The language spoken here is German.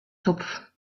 zopf